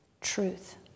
truth